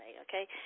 okay